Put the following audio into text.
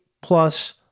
plus